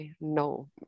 no